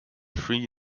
three